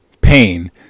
pain